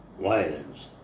violence